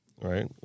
right